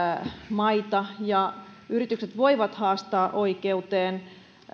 maita valtavasti yritykset voivat haastaa